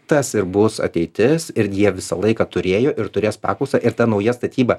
tas ir bus ateitis ir jie visą laiką turėjo ir turės paklausą ir ta nauja statyba